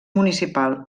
municipal